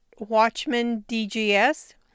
WatchmanDGS